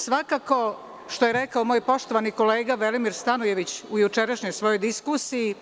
Svakako, što je rekao moj poštovani kolega Velimir Stanojević u jučerašnjoj svojoj diskusiji,